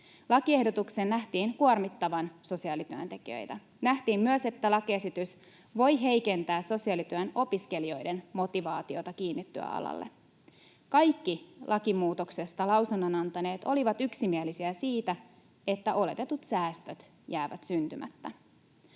Lakiehdotuksen nähtiin kuormittavan sosiaalityöntekijöitä. Nähtiin myös, että lakiesitys voi heikentää sosiaalityön opiskelijoiden motivaatiota kiinnittyä alalle. Kaikki lakimuutoksesta lausunnon antaneet olivat yksimielisiä siitä, että oletetut säästöt jäävät syntymättä.